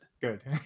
Good